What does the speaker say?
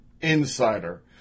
Insider